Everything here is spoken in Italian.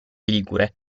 ligure